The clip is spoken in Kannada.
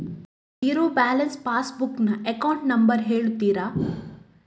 ಝೀರೋ ಬ್ಯಾಲೆನ್ಸ್ ಪಾಸ್ ಬುಕ್ ನ ಅಕೌಂಟ್ ನಂಬರ್ ಹೇಳುತ್ತೀರಾ?